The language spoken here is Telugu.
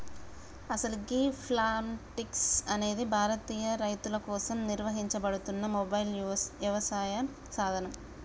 అసలు గీ ప్లాంటిక్స్ అనేది భారతీయ రైతుల కోసం నిర్వహించబడుతున్న మొబైల్ యవసాయ సాధనం